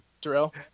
Darrell